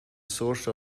source